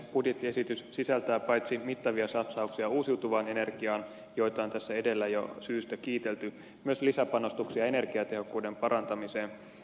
budjettiesitys sisältää paitsi mittavia satsauksia uusiutuvaan energiaan joita on tässä edellä jo syystä kiitelty myös lisäpanostuksia energiatehokkuuden parantamiseen